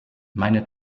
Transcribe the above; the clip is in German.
meine